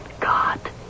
God